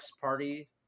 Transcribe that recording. party